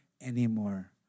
anymore